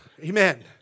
Amen